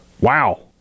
Wow